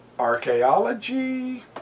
Archaeology